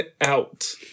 out